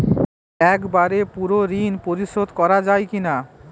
একবারে পুরো ঋণ পরিশোধ করা যায় কি না?